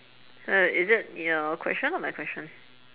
uh is it your question or my question